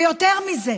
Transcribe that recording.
ויותר מזה,